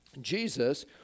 Jesus